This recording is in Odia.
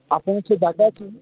ଆପଣଙ୍କ ସେ ଜାଗା ଅଛି